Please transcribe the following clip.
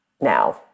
now